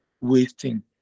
wasting